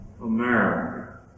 America